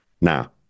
Now